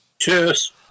Cheers